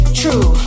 true